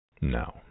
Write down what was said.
No